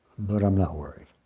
but i'm not worried.